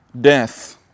death